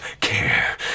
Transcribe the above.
care